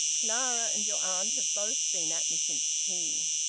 clara and your aunt have both been at me since tea.